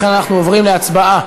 לכן אנחנו עוברים להצבעה